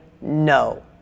no